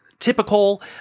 Typical